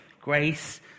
grace